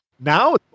Now